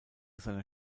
seiner